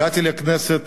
הגעתי לכנסת